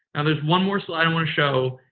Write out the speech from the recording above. and there's one more slide i want to show,